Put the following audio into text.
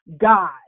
God